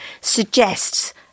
suggests